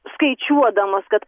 skaičiuodamos kad